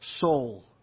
soul